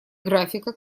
графика